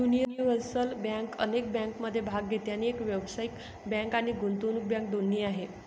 universal bank अनेक बँकिंगमध्ये भाग घेते आणि एक व्यावसायिक बँक आणि गुंतवणूक बँक दोन्ही आहे